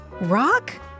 Rock